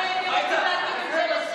מתחייבת אני משה ארבל,